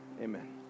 amen